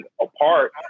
apart